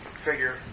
figure